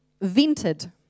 vented